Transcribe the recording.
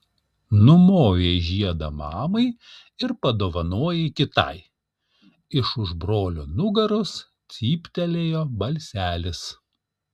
numovei žiedą mamai ir padovanojai kitai iš už brolio nugaros cyptelėjo balselis